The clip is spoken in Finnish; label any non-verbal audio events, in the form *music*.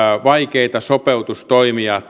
vaikeita sopeutustoimia *unintelligible*